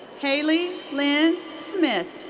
haley lynn smith.